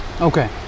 Okay